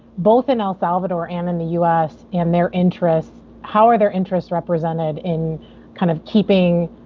both in el salvador and in the u s, and their interests, how are their interests represented in kind of keeping